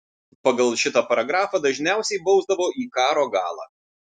pagal šitą paragrafą dažniausiai bausdavo į karo galą